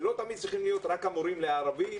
ולא תמיד צריכים להיות רק המורים לערבית.